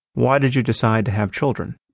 why did you decide to have children?